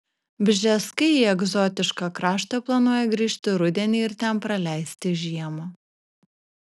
bžeskai į egzotišką kraštą planuoja grįžti rudenį ir ten praleisti žiemą